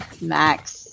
Max